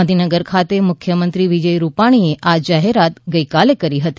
ગાંધીનગર ખાતે મુખ્યમંત્રી વિજય રૂપાણીએ આ જાહેરાત ગઇકાલે કરી ફતી